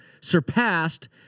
surpassed